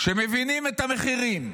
שמבינים את המחירים,